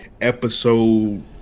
episode